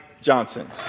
Johnson